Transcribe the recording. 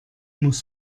muss